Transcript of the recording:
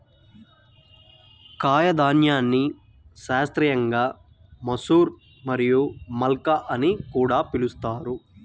కాయధాన్యాన్ని శాస్త్రీయంగా మసూర్ మరియు మల్కా అని కూడా పిలుస్తారు